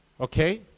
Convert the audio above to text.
Okay